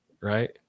Right